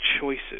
choices